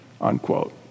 unquote